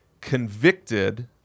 convicted